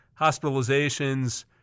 hospitalizations